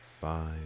five